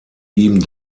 ihm